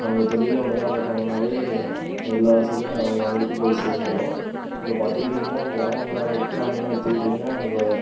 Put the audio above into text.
அவங்க தொழிலை ஒழுங்காக பார்த்தாங்கனாலே எல்லா வசதியும் அவங்கவங்களுக்கு போய் சேர்ந்துரும் இப்போ பார்த்துக்கிட்டீங்கன்னா கிராமப்புறம் உட்கிராமம்னு எடுத்துக்கிட்டீங்கன்னால் அங்கே